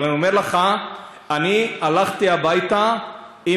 אבל אני אומר לך שאני הלכתי הביתה הם